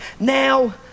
Now